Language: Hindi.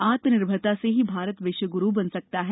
आत्मनिर्भरता से ही भारत विश्व ग्रु बन सकता है